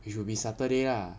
it should be saturday lah